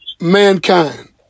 mankind